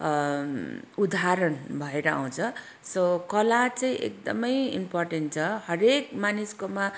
उदाहरण भएर आउँछ सो कला चाहिँ एकदमै इमपोर्टेन्ट छ हरेक मानिसकोमा